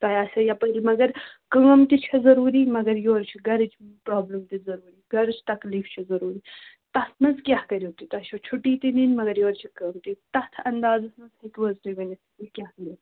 تۄہہِ آسیو یَپٲری یہِ مگر کٲم تہِ چھےٚ ضٔروٗری مگر یورٕ چھِ گَرِچ پرٛابلٕم تہِ ضٔروٗری گَرِچ تکلیٖف چھِ ضٔروٗری تَتھ منٛز کیٛاہ کٔرِو تُہۍ تۄہہِ چھو چھُٹی تہِ نِنۍ مگر یورٕ چھِ کٲم تہِ تَتھ اندازَس منٛز ہیٚکِو حظ تُہۍ ؤنِتھ یہِ کیٛاہ